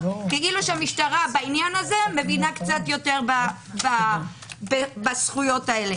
כאילו שהמשטרה בעניין הזה מבינה קצת יותר בזכויות האלה.